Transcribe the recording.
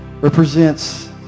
represents